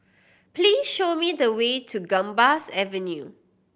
please show me the way to Gambas Avenue